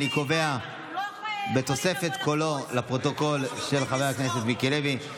אני קובע כי בתוספת קולו לפרוטוקול של חבר הכנסת מיקי לוי,